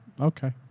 Okay